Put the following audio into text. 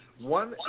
One